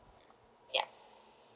yup